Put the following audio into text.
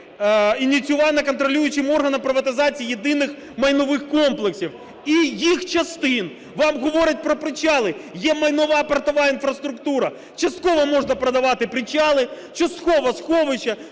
ініціюєте неконтролюючим органам приватизації єдиних майнових комплексів і їх частин. Вам говорять про причали. Є майнова портова інфраструктура, частково можна продавати причали, частково – сховища,